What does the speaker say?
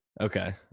Okay